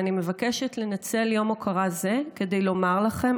ואני מבקשת לנצל יום הוקרה זה כדי לומר לכם,